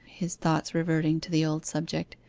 his thoughts reverting to the old subject.